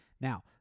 Now